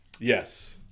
Yes